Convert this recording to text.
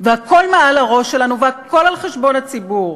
והכול מעל הראש שלנו והכול על חשבון הציבור.